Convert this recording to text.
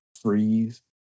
Freeze